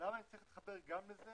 למה אני צריך להתחבר גם לזה